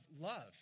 love